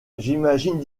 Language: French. j’imagine